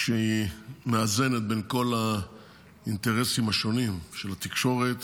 כשהיא מאזנת בין כל האינטרסים השונים של התקשורת